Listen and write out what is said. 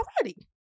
already